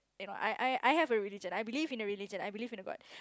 you know I I I have a religion I believe in a religion I believe in a god